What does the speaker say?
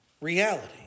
Reality